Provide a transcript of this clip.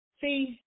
See